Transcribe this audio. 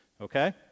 Okay